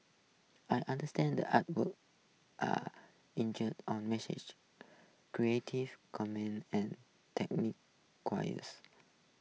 I understand that artworks are injueried on message creative and technique